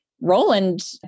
Roland